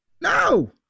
No